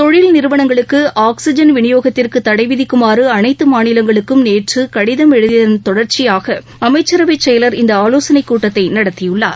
தொழில் நிறுவனங்களுக்கு ஆக்சிஜன் விநியோகத்திற்கு தடை விதிக்குமாறு அனைத்து மாநிலங்களுக்கும் நேற்று கடிதம் எழுதியதன் தொடர்ச்சியாக அமைச்சரவை செயலர் இந்த ஆலோசனை கூட்டத்தை நடத்தியுள்ளார்